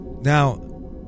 Now